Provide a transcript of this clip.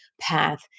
path